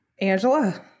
Angela